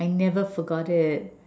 I never forgot it